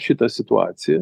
šita situacija